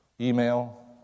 Email